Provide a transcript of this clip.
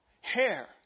hair